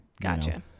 Gotcha